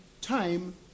time